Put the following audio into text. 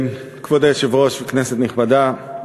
כבוד היושב-ראש, כנסת נכבדה,